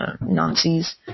Nazis